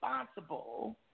responsible